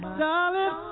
darling